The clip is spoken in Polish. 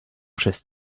przez